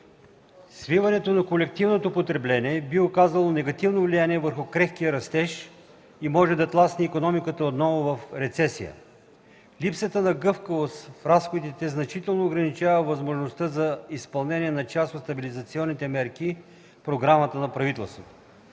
Свиването на колективното потребление би оказало негативно влияние върху крехкия растеж и може да тласне икономиката отново в рецесия. Липсата на гъвкавост в разходите значително ограничава възможността за изпълнение на част от стабилизационните мерки в програмата на правителството.